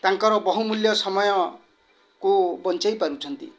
ତାଙ୍କର ବହୁମୂଲ୍ୟ ସମୟକୁ ବଞ୍ଚାଇ ପାରୁଛନ୍ତି